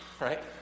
right